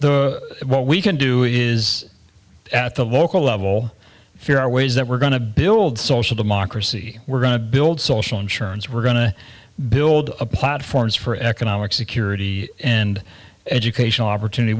what we can do is at the local level here are ways that we're going to build social democracy we're going to build social insurance we're going to build platforms for economic security and educational opportunity